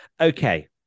okay